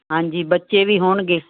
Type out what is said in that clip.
ਹਾਂਜੀ ਬੱਚੇ ਵੀ ਹੋਣਗੇ